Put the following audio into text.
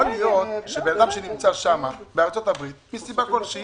יכול להיות שאדם שנמצא בארצות הברית בשל סיבה כלשהי,